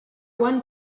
one